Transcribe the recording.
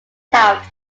taft